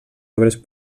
obres